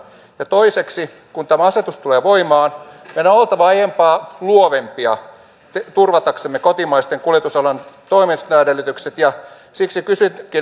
toiseksi kun tämä asetus tulee voimaan meidän on oltava aiempaa luovempia turvataksemme kotimaisen kuljetusalan toimintaedellytykset ja siksi kysynkin